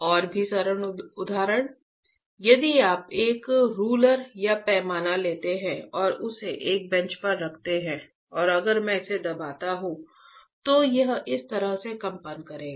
और भी सरल उदाहरण यदि आप एक रूलर या पैमाना लेते हैं और उसे एक बेंच पर रखते हैं तो अगर मैं इसे दबाता हूं तो यह इस तरह से कंपन करेगा